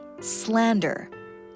slander